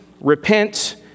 repent